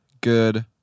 good